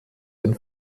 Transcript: ein